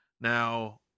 now